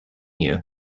you